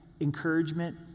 encouragement